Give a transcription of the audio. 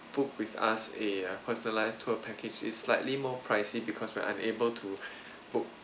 book with us a personalised tour package it's slightly more pricey because we are unable to book